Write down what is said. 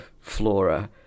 flora